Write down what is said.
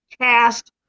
cast